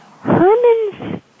Herman's